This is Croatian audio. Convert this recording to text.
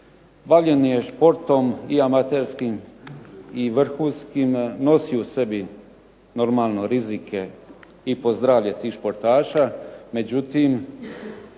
Bavljenje športom i amaterskim i vrhunskim nosi u sebi normalno rizike i po zdravlje tih športaša, međutim